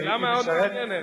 שאלה מאוד מעניינת.